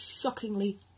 shockingly